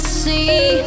see